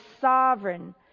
sovereign